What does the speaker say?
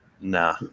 Nah